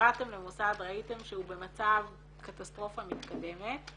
שבאתם למוסד וראיתם שהוא במצב קטסטרופה מתקדמת,